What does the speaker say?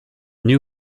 new